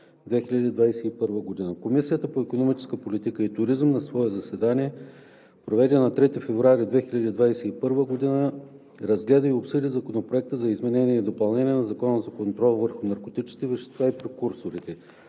2021 г. Комисията по икономическа политика и туризъм на свое заседание, проведено на 3 февруари 2021 г., разгледа и обсъди Законопроекта за изменение и допълнение на Закона за контрол върху наркотичните вещества и прекурсорите.